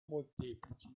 molteplici